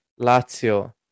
Lazio